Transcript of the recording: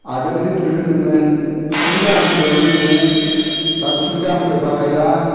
आगोल जोंफोरो लोङोमोन खुरै गाहामफोराव लोङोमोन दा खुरै गाहामखो बाहायला